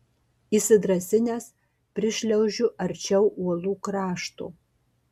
įsidrąsinęs prišliaužiu arčiau uolų krašto